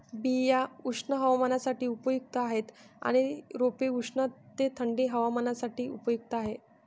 बिया उष्ण हवामानासाठी उपयुक्त आहेत आणि रोपे उष्ण ते थंडी हवामानासाठी उपयुक्त आहेत